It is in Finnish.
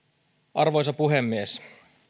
arvoisa puhemies